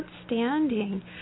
outstanding